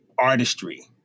artistry